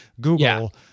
Google-